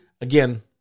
again